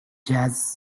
jazz